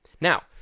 Now